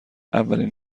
اولین